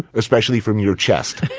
especially from your chest